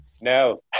No